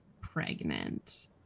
pregnant